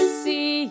see